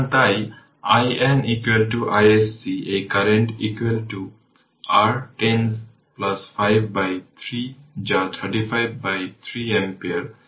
সুতরাং আমি দেখাব যে সার্কিটে প্রদর্শিত সুইচটি t 0 এ ওপেন ছিল আগে দীর্ঘ সময়ের জন্য ক্লোজ ছিল